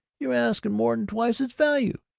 you're asking more n twice its value!